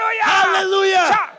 Hallelujah